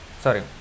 sorry